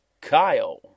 Kyle